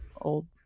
old